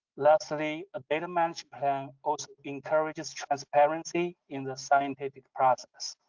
lastly, a data management plan also encourages transparency in the scientific process.